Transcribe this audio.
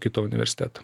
kito universiteto